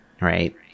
right